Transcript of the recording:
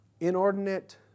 inordinate